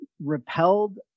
repelled